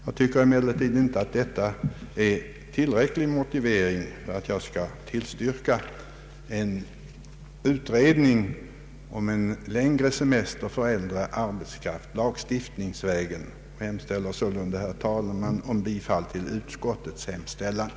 Jag tycker emellertid inte att detta är en tillräcklig motivering för att jag skall tillstyrka en utredning om längre semester lagstiftningsvägen för äldre arbetskraft. Jag hemställer, herr talman, om bifall till utskottets förslag.